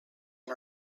and